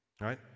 Right